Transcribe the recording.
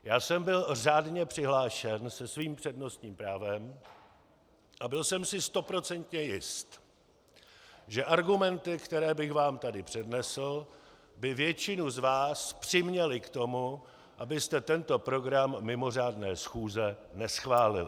Já jsem byl řádně přihlášen se svým přednostním právem a byl jsem si stoprocentně jist, že argumenty, které bych vám tady přednesl, by většinu z vás přiměly k tomu, abyste tento program mimořádné schůze neschválili.